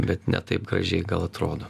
bet ne taip gražiai gal atrodo